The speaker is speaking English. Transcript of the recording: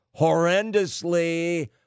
horrendously